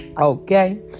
Okay